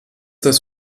das